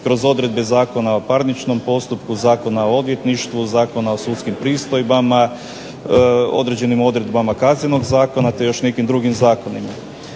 kroz odredbe Zakona o parničnom postupku, Zakona o odvjetništvu, Zakona o sudskim pristojbama, određenim odredbama Kaznenog zakona te još nekim drugim zakonima.